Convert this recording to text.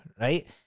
right